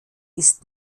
ist